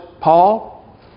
Paul